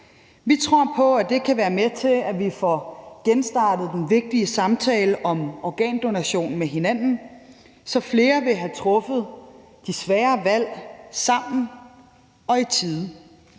Vi tror på, at det kan være med til, at vi får genstartet den vigtige samtale om organdonation med hinanden, så flere vil have truffet de svære valg sammen og i tide,